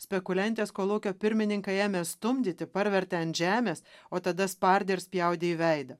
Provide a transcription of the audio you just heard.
spekuliantės kolūkio pirmininką ėmė stumdyti parvertė ant žemės o tada spardė ir spjaudė į veidą